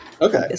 okay